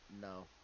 No